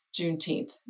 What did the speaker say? Juneteenth